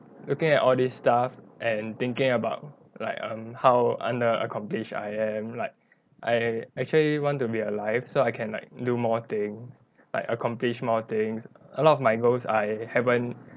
looking at all this stuff and thinking about like um how under accomplish I am like I actually want to be alive so I can like do more thing like accomplish more things a lot of my goals I haven't